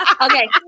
Okay